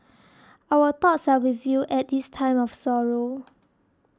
our thoughts are with you at this time of sorrow